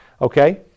okay